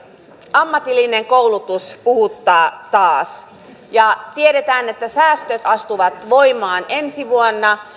ammatillinen koulutus puhuttaa taas ja tiedetään että säästöt astuvat voimaan ensi vuonna